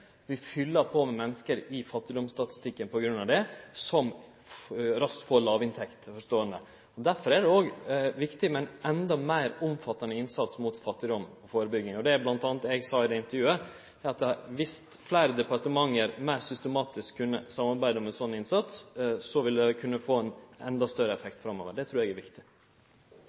Vi fyller på med menneske i fattigdomsstatistikken på grunn av det, som raskt får låg inntekt, og ho vert ståande. Derfor er det òg viktig med ein endå meir omfattande innsats for førebygging av fattigdom. Det eg sa i det intervjuet, var bl.a. at dersom fleire departement meir systematisk kunne samarbeide om ein sånn innsats, ville det kunne få ein endå større effekt framover. Det trur eg er viktig.